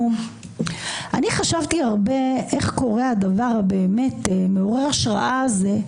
אני חשבתי הרבה איך קורה הדבר מעורר ההשראה הזה,